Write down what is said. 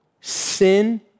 Sin